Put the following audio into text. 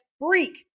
freak